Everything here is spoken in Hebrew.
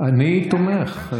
אני תומך.